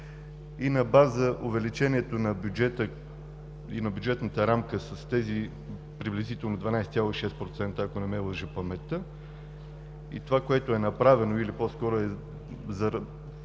На база увеличението на бюджета и на бюджетната рамка с тези приблизително 12,6%, ако не ме лъже паметта, и това, което е направено или по-скоро е защитено